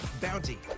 Bounty